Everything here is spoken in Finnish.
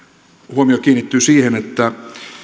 huomio kiinnittyy siihen että